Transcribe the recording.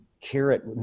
carrot